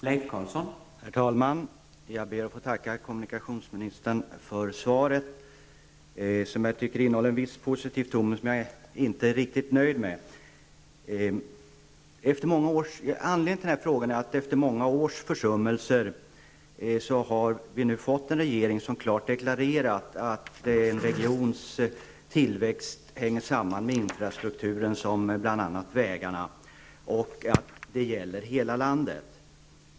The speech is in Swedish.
Herr talman! Jag ber att få tacka kommunikationsministern för svaret som innehöll en viss positiv ton, men som jag ändå inte är riktigt nöjd med. Efter många års försummelser har vi nu fått en regering som klart deklarerat att en regions tillväxt hänger samman med infrastruktur som bl.a. vägar och att det gäller hela landet.